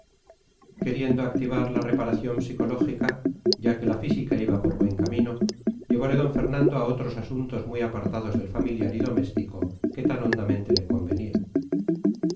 queriendo activar la reparación psicológica ya que la física iba por buen camino llevole d fernando a otros asuntos muy apartados del familiar y doméstico que tan hondamente le convenía